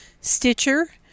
Stitcher